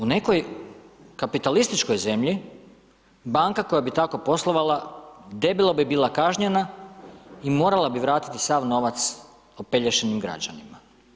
U nekoj kapitalističkoj zemlji banka koja bi tako poslovala debelo bi bila kažnjena i morala bi vratiti sav novac opelješenim građanima.